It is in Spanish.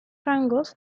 rangos